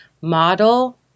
Model